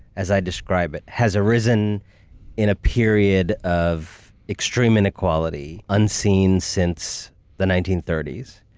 as i describe it, has arisen in a period of extreme inequality unseen since the nineteen thirty s.